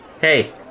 Hey